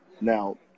now